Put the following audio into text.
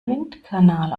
windkanal